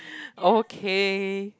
okay